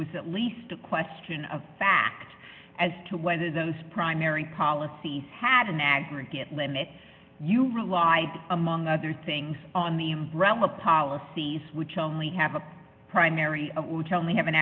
was at least a question of fact as to whether primary policies had an aggregate limit you rely among other things on the umbrella policies which only have a primary which only have an